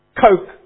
Coke